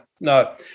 no